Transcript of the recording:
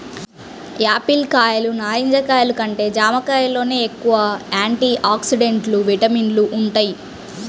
Apple కాయలు, నారింజ కాయలు కంటే జాంకాయల్లోనే ఎక్కువ యాంటీ ఆక్సిడెంట్లు, విటమిన్లు వుంటయ్